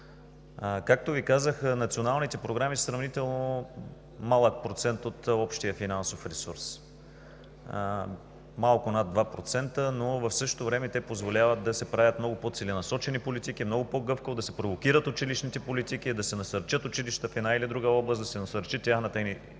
Както Ви казах, националните програми са сравнително малък процент от общия финансов ресурс – малко над 2%, но в същото време те позволяват да се правят много по-целенасочени политики, много по-гъвкаво да се провокират училищните политики и да се насърчи инициативността на училищата в една или друга област. Една част от мерките в